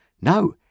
No